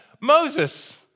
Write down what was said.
Moses